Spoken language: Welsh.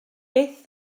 beth